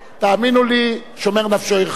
תאמינו לי, שומר נפשו ירחק.